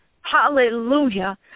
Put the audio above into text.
hallelujah